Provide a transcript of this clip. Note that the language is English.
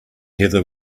heather